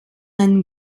einen